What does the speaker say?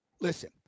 Listen